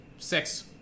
Six